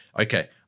Okay